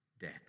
death